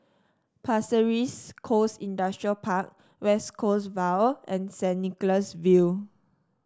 Pasir Ris Coast Industrial Park West Coast Vale and Saint Nicholas View